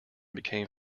became